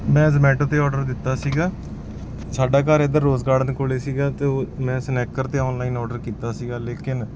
ਮੈਂ ਜ਼ਮੈਟੋ 'ਤੇ ਓਡਰ ਦਿੱਤਾ ਸੀਗਾ ਸਾਡਾ ਘਰ ਇੱਧਰ ਰੋਜ਼ ਗਾਰਡਨ ਦੇ ਕੋਲ ਸੀਗਾ ਅਤੇ ਉਹ ਮੈਂ ਸਨੈਕਰ 'ਤੇ ਔਨਲਾਈਨ ਓਡਰ ਕੀਤਾ ਸੀਗਾ ਲੇਕਿਨ